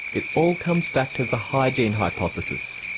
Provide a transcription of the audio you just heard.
it all comes back to the hygiene hypothesis.